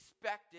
expected